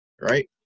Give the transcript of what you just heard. right